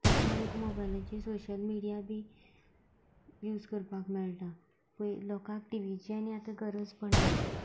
तशें आमकां मोबायलाचेर सोशल मिडिया बी यूज करपाक मेळटा पय लोकांक टिविची आनी आतां गरज पडना